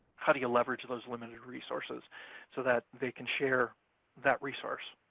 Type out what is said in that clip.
how do you leverage those limited resources so that they can share that resource?